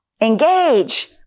Engage